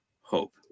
hope